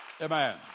Amen